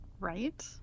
Right